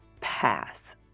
pass